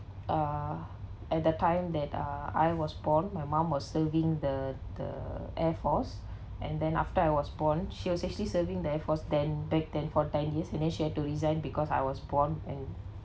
uh at the time that uh I was born my mum was serving the the air force and then after I was born she was actually serving the air force then back then for ten years and then she had to resign because I was born and